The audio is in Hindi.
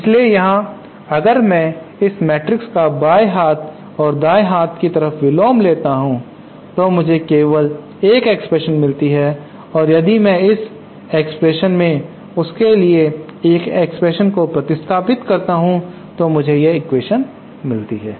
इसलिए यहां अगर मैं इस मैट्रिक्स का बाए हाथ और दाएं हाथ की तरफ विलोम लेता हूं तो मुझे केवल एक एक्सप्रेशन मिलती है और यदि मैं इस एक्वेशन में उसके लिए एक एक्सप्रेशन को प्रतिस्थापित करता हूं तो मुझे यह एक्वेशन मिलता है